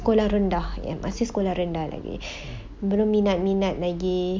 sekolah rendah masih sekolah rendah lagi belum minat-minat lagi